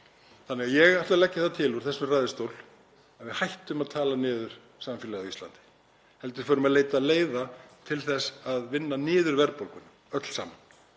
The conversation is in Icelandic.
Þannig að ég ætla að leggja það til úr þessum ræðustól að við hættum að tala niður samfélagið á Íslandi heldur förum að leita leiða til þess að vinna niður verðbólguna, öll saman;